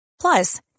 Plus